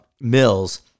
Mills